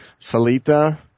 Salita